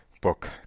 book